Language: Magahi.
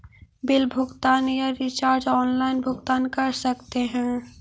बिल भुगतान या रिचार्ज आनलाइन भुगतान कर सकते हैं?